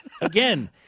Again